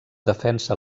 defensa